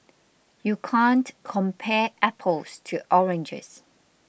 you can't compare apples to oranges